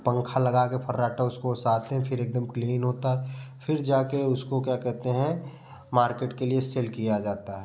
पंखा लगा के फर्राटा उसको ओसाते हैं फिर एकदम क्लीन होता है फिर जाके उसको क्या कहते हैं मार्केट के लिए सेल किया जाता है